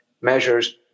measures